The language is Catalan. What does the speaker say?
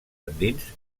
endins